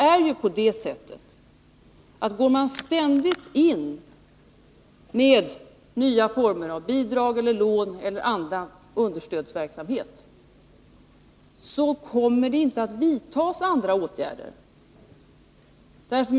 Om man ständigt går in med nya former av bidrag eller lån eller annan understödsverksamhet kommer det inte att vidtas andra åtgärder.